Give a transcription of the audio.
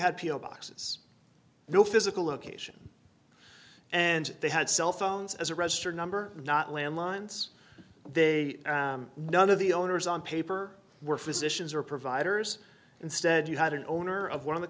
had boxes no physical location and they had cell phones as a registered number not landlines they none of the owners on paper were physicians or providers instead you had an owner of one of the